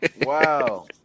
Wow